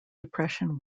depression